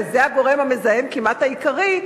וזה הגורם המזהם כמעט העיקרי,